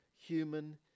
human